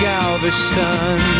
Galveston